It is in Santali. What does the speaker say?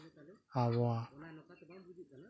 ᱟᱵᱚᱣᱟᱜ